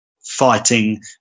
fighting